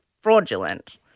fraudulent